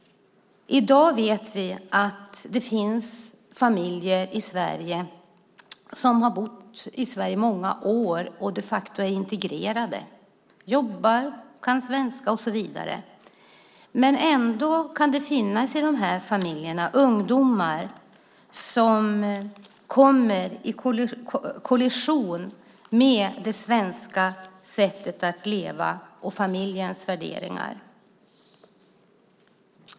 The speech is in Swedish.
I dag vet vi att det finns familjer i Sverige som har bott i Sverige i många år och de facto är integrerade. Människor jobbar, kan svenska och så vidare. Ändå kan det i dessa familjer finnas ungdomar som kommer i kollision med det svenska sättet att leva och familjens värderingar.